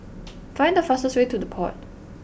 find the fastest way to The Pod